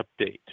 Update